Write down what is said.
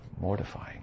Mortifying